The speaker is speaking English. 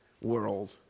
world